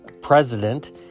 president